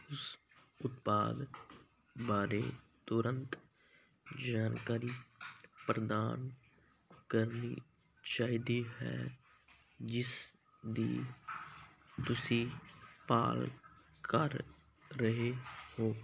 ਉਸ ਉਤਪਾਦ ਬਾਰੇ ਤੁਰੰਤ ਜਾਣਕਾਰੀ ਪ੍ਰਦਾਨ ਕਰਨੀ ਚਾਹੀਦੀ ਹੈ ਜਿਸ ਦੀ ਤੁਸੀਂ ਭਾਲ ਕਰ ਰਹੇ ਹੋ